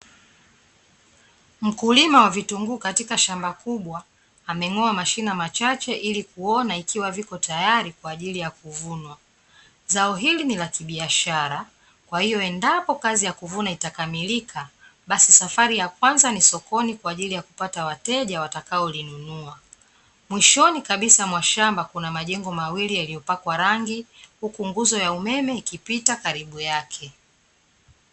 Mkulima wa vitunguu katika shamba kubwa ameng'oa mashina machache ili kuona ikiwa viko tayari kwaajili ya kuvunwa. Zao hili ni la kibiashara kwahiyo endapo kazi ya kuvuna itakamilika basi safari ya kwanza ni sokoni kwa ajili ya kupata wateja watakao linunua, mwishoni kabisa mwa shamba kuna majengo mawili yaliyopakwa rangi huku nguzo ya umeme ikipita karibu yake.